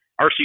RC